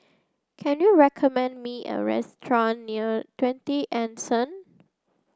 can you recommend me a restaurant near Twenty Anson